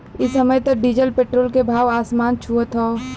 इ समय त डीजल पेट्रोल के भाव आसमान छुअत हौ